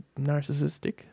narcissistic